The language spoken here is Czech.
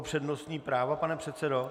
Přednostní právo, pane předsedo?